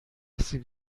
سیب